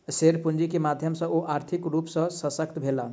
share पूंजी के माध्यम सॅ ओ आर्थिक रूप सॅ शशक्त भेला